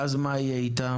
ואז מה יהיה איתם?